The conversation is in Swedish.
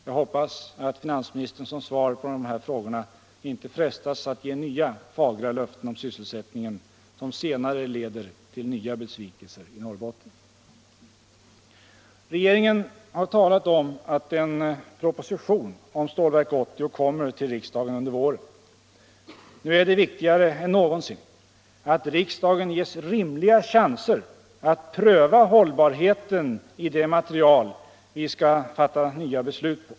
Jag hoppas att finansministern som svar på mina frågor inte frestas att ge nya fagra löften om sysselsättningen, som senare leder till nya besvikelser i Norrbotten. Regeringen har meddelat att en proposition om Stålverk 80 kommer till riksdagen under våren. Nu är det viktigare än någonsin att riksdagen ges rimliga chanser att pröva hållbarheten i det material vi skall fatta nya beslut på.